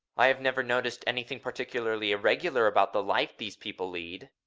i have never noticed anything particularly irregular about the life these people lead.